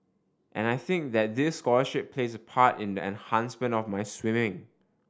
and I think that this scholarship plays a part in the enhancement of my swimming